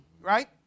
right